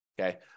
okay